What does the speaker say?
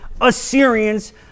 Assyrians